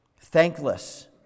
thankless